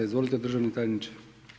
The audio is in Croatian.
Izvolite državni tajniče.